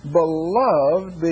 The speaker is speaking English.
beloved